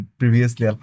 previously